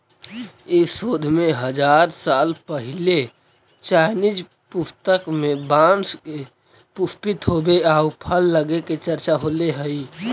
इस शोध में हजार साल पहिले चाइनीज पुस्तक में बाँस के पुष्पित होवे आउ फल लगे के चर्चा होले हइ